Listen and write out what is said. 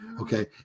Okay